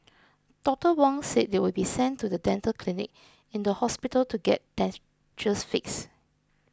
Doctor Wong said they would be sent to the dental clinic in the hospital to get dentures fixed